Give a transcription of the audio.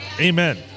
Amen